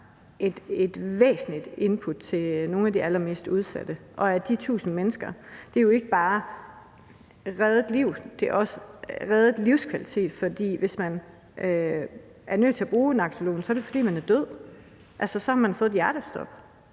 et væsentligt middel for nogle af de mest udsatte, og for de 1.000 mennesker er det jo ikke bare reddede liv, det er også reddet livskvalitet. For hvis man er nødt til at bruge naloxon, er det, fordi man er død, altså så har man fået et hjertestop,